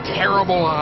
terrible